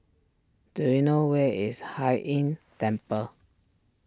do you know where is Hai Inn Temple